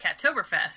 Cattoberfest